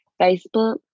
Facebook